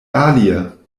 alie